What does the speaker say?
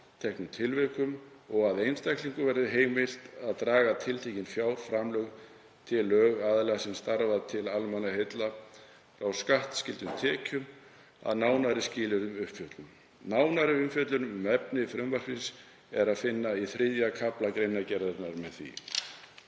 tilteknum tilvikum og að einstaklingum verði heimilt að draga tiltekin fjárframlög til lögaðila sem starfa til almannaheilla frá skattskyldum tekjum að nánari skilyrðum uppfylltum. Nánari umfjöllun um efni frumvarpsins er að finna í 3. kafla greinargerðar með því.